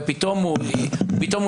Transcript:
ופתאום הוא נפטר.